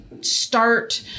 start